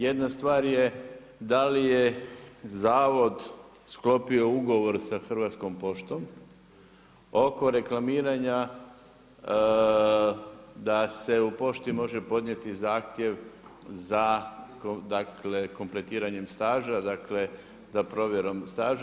Jedna stvar je da li je Zavod sklopio ugovor sa Hrvatskom poštom oko reklamiranja da se u pošti može podnijeti zahtjev za dakle, kompletiranjem staža, dakle, za provjerom staža.